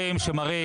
במלחמות,